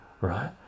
right